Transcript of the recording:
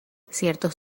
ciertos